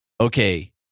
okay